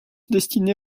destinée